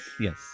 Yes